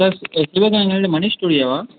sir சிவகங்கையிலேருந்து மணி ஸ்டூடியோவா